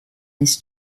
this